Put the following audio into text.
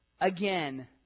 again